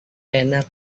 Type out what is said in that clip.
enak